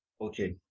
okay